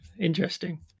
interesting